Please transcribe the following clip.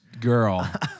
girl